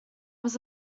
was